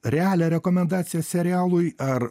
realią rekomendaciją serialui ar